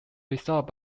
results